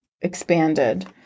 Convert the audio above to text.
expanded